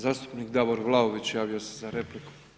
Zastupnik Davor Vlaović, javio se za repliku.